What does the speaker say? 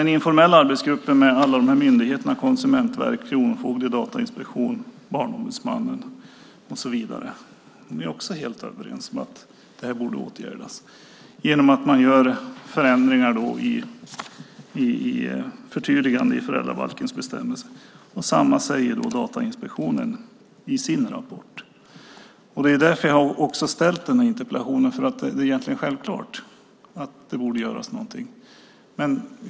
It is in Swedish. Den informella arbetsgruppen med alla dessa myndigheter, Konsumentverket, Kronofogdemyndigheten, Datainspektionen, Barnombudsmannen, är också helt överens om att frågan borde åtgärdas med hjälp av förändringar och förtydliganden i föräldrabalkens bestämmelser. Detsamma säger Datainspektionen i sin rapport. Det är därför jag har ställt den här interpellationen. Det är egentligen självklart att det borde göras något.